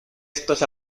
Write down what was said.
estos